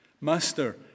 Master